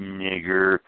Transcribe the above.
nigger